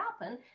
happen